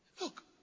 look